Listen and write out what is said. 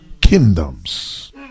Kingdoms